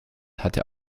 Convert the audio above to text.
hatte